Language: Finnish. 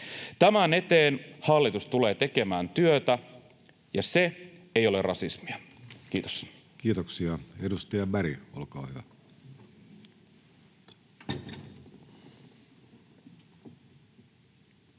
Tämän eteen hallitus tulee tekemään työtä, ja se ei ole rasismia. — Kiitos. Nyt toimii taas. Kiitoksia. — Edustaja Berg, olkaa hyvä.